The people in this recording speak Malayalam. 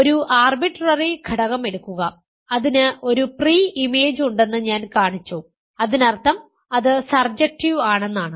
ഒരു ആർബിട്രറി ഘടകം എടുക്കുക അതിന് ഒരു പ്രീ ഇമേജ് ഉണ്ടെന്ന് ഞാൻ കാണിച്ചു അതിനർത്ഥം അത് സർജെക്റ്റീവ് ആണെന്നാണ്